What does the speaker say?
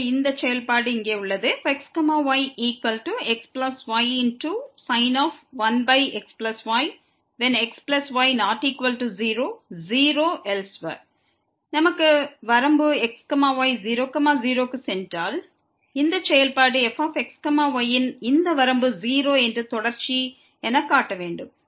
எனவே இந்த செயல்பாடு இங்கே உள்ளது fxyxysin 1xy xy≠0 0elsewhere நமக்கு வரம்பு x y 0 0 க்கு சென்றால் இந்த செயல்பாடு fx y ன் இந்த வரம்பு 0 என்று தொடர்ச்சி என காட்ட வேண்டும்